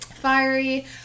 Fiery